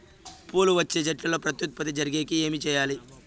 పూలు వచ్చే చెట్లల్లో ప్రత్యుత్పత్తి జరిగేకి ఏమి చేయాలి?